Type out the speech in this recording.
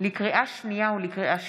לקריאה שנייה ולקריאה שלישית,